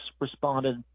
responded